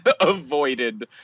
avoided